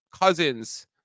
cousins